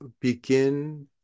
begin